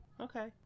Okay